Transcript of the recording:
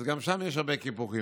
אז גם שם יש הרבה קיפוחים.